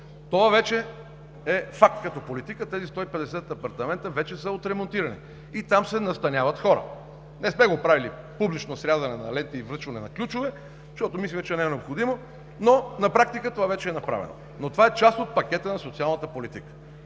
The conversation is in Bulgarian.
Това вече е факт като политика. Тези 150 апартамента вече са отремонтирани и там се настаняват хора. Не сме го правили публично с рязане на ленти и връчване на ключове, защото мисля, че не е необходимо, но на практика това вече е направено. Това е част от пакета на социалната политика.